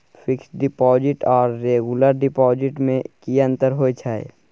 Fix deposit आर regular deposit में की अंतर होय छै?